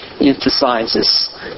emphasizes